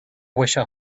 wished